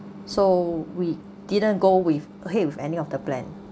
so we didn't go with ahead with any of the plan